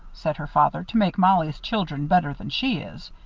said her father, to make mollie's children better than she is.